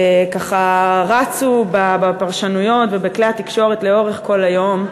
ככה רצו בפרשנויות ובכלי התקשורת לאורך כל היום,